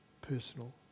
personal